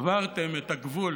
עברתם את הגבול,